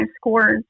scores